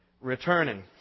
returning